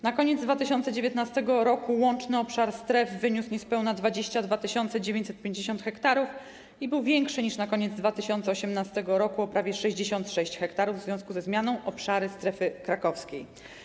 Na koniec 2019 r. łączny obszar stref wyniósł niespełna 22 950 ha i był większy niż na koniec 2018 r. o prawie 66 ha w związku ze zmianą obszaru strefy krakowskiej.